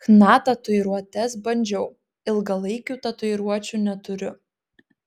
chna tatuiruotes bandžiau ilgalaikių tatuiruočių neturiu